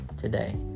today